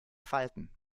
falten